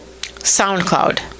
SoundCloud